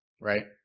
right